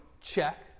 Check